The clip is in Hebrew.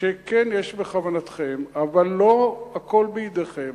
שכן יש בכוונתכם, אבל לא הכול בידיכם.